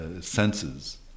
senses